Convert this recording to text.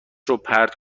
روپرت